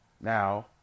Now